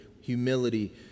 Humility